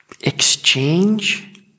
exchange